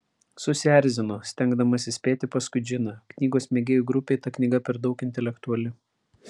susierzino stengdamasi spėti paskui džiną knygos mėgėjų grupei ta knyga per daug intelektuali